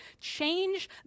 change